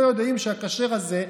לא יודעים שה"כשר" הזה זה,